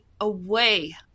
away